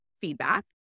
feedback